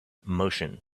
motion